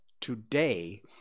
today